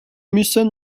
müssen